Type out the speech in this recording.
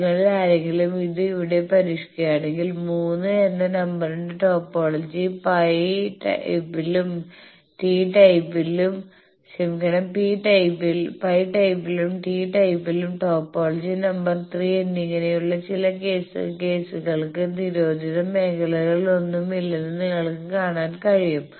നിങ്ങളിൽ ആരെങ്കിലും അത് ഇവിടെ പരീക്ഷിക്കുകയാണെങ്കിൽ 3 എന്ന നമ്പറിലെ ടോപ്പോളജി പൈ ടൈപ്പിലും ടി ടൈപ്പിലും ടോപ്പോളജി നമ്പർ 3 എന്നിങ്ങനെയുള്ള ചില കേസുകൾക്ക് നിരോധിത മേഖലകളൊന്നുമില്ലെന്ന് നിങ്ങൾക്ക് കാണാൻ കഴിയും